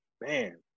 man